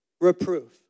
reproof